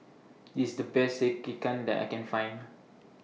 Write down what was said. IS The Best Sekihan that I Can Find